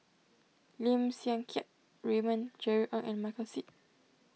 Lim Siang Keat Raymond Jerry Ng and Michael Seet